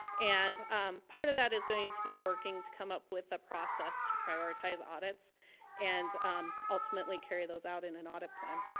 and part of that is going to be working to come up with a process to prioritize audits and ultimately carry those out in an audit plan.